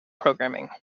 programming